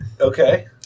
Okay